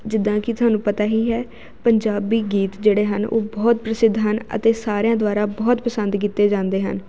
ਜਿੱਦਾਂ ਕਿ ਤੁਹਾਨੂੰ ਪਤਾ ਹੀ ਹੈ ਪੰਜਾਬੀ ਗੀਤ ਜਿਹੜੇ ਹਨ ਉਹ ਬਹੁਤ ਪ੍ਰਸਿੱਧ ਹਨ ਅਤੇ ਸਾਰਿਆਂ ਦੁਆਰਾ ਬਹੁਤ ਪਸੰਦ ਕੀਤੇ ਜਾਂਦੇ ਹਨ